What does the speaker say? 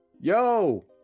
yo